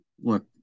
look